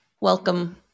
Welcome